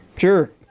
Sure